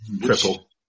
Triple